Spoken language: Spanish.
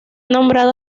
nombrado